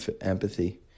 empathy